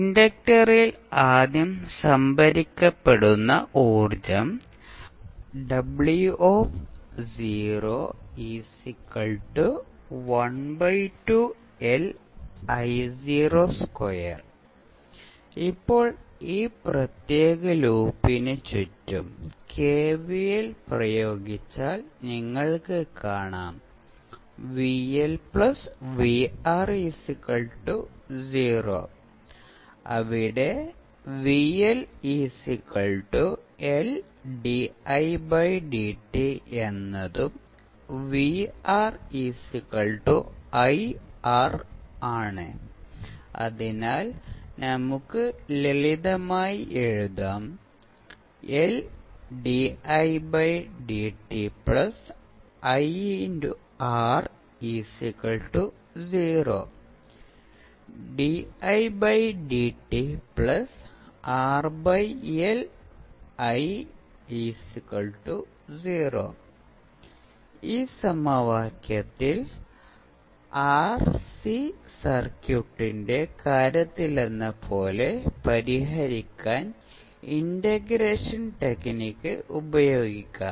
ഇൻഡക്റ്ററിൽ ആദ്യം സംഭരിക്കപ്പെടുന്ന ഊർജ്ജം ഇപ്പോൾ ഈ പ്രത്യേക ലൂപ്പിന് ചുറ്റും കെവിഎൽ പ്രയോഗിച്ചാൽ അവിടെ എന്നതും ആണ് അതിനാൽ നമുക്ക് ലളിതമായി എഴുതാം ഈ സമവാക്യത്തിൽ ആർസി സർക്യൂട്ടിന്റെ കാര്യത്തിലെന്നപോലെ പരിഹരിക്കാൻ ഇന്റഗ്രേഷൻ ടെക്നിക് ഉപയോഗിക്കാം